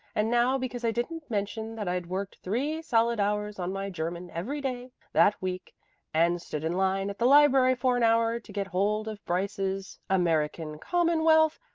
and now because i didn't mention that i'd worked three solid hours on my german every day that week and stood in line at the library for an hour to get hold of bryce's american commonwealth,